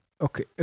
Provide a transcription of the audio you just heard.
Okay